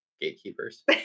Gatekeepers